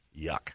Yuck